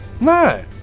No